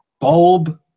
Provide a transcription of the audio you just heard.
bulb